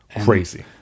crazy